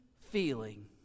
feeling